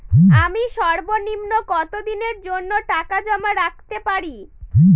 আমি সর্বনিম্ন কতদিনের জন্য টাকা জমা রাখতে পারি?